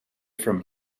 from